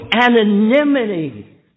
anonymity